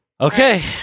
okay